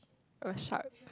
a shark